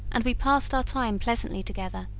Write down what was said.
and we passed our time pleasantly together,